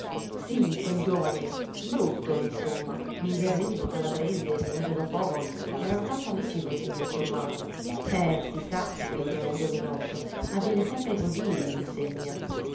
sì quel giovane brutto insomma mingherlino calabrese venuto da poco erano tanto amici col signor tommaso eh si sa sghignò il giovinotto avviene sempre così lei m'insegna